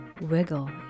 wiggle